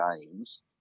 games